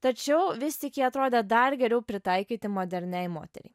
tačiau vis tik jie atrodė dar geriau pritaikyti moderniai moteriai